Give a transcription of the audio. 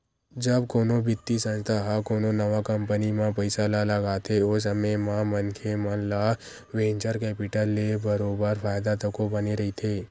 जब कोनो बित्तीय संस्था ह कोनो नवा कंपनी म पइसा ल लगाथे ओ समे म मनखे मन ल वेंचर कैपिटल ले बरोबर फायदा तको बने रहिथे